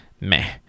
meh